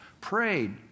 prayed